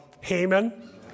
Haman